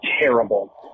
terrible